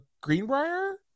Greenbrier